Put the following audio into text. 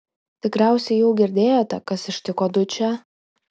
tikriausiai jau girdėjote kas ištiko dučę